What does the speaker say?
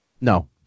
No